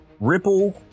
ripple